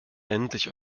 endlich